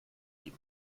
die